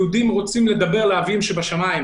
יהודים רוצים לדבר לאביהם שבשמים.